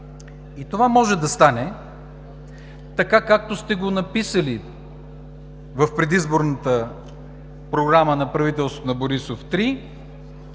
и това може да стане, така както сте го написали в предизборната програма на правителството на Борисов 3